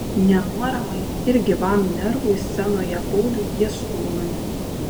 nenuoramai ir gyvam nervui scenoje pauliui jaskūnui